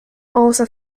also